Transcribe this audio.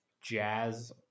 jazz